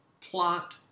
plot